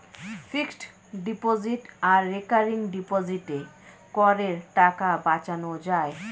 fixed deposit আর recurring ডিপোজিটে করের টাকা বাঁচানো যায়